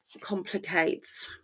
complicates